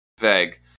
vague